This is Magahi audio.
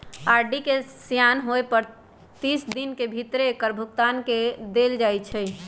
आर.डी के सेयान होय पर तीस दिन के भीतरे एकर भुगतान क देल जाइ छइ